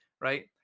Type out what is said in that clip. right